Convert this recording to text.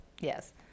yes